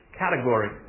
category